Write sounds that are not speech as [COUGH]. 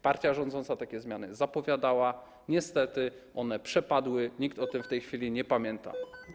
Partia rządząca takie zmiany zapowiadała, niestety one przepadły, nikt o tym [NOISE] w tej chwili nie pamięta.